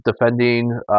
defending